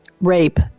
rape